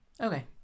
Okay